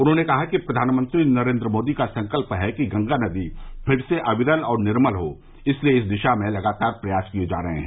उन्होंने कहा कि प्र्यानमंत्री नरेन्द्र मोदी का संकल्प है कि गंगा नदी फिर से अविरल और निर्मल हो और इसलिए इस दिशा में लगातार प्रयास किए जा रहे हैं